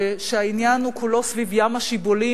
ושהעניין הוא כולו סביב "ים השיבולים",